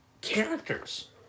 characters